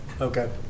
Okay